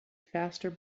faster